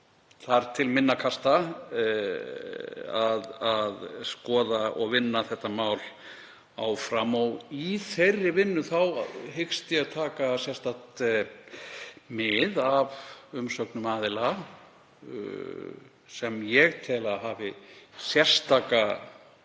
kemur til minna kasta að skoða og vinna þetta mál áfram. Í þeirri vinnu hyggst ég taka sérstakt mið af umsögnum aðila sem ég tel að hafi sérþekkingu